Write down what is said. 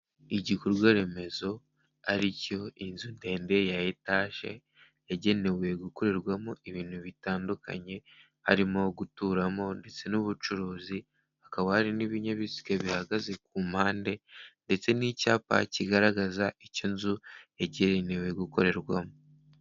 Igikorwa remezo ari cyo inzu ndende ya etaje, yagenewe gukorerwamo ibintu bitandukanye, harimo guturamo ndetse n'ubucuruzi, hakaba hari n'ibinyabiziga bihagaze ku mpande ndetse n'icyapa kigaragaza icyo inzu yagenewe gukorerwamo.